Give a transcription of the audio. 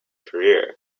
career